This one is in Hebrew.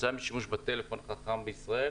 כתוצאה משימוש בטלפון חכם בישראל.